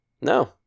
No